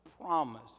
promise